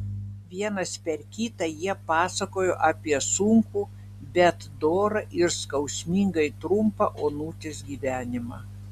vienas per kitą jie pasakojo apie sunkų bet dorą ir skausmingai trumpą onutės gyvenimą